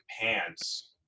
pants